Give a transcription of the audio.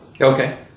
okay